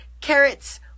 carrots